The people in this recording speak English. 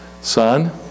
Son